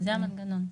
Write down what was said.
זה המנגנון.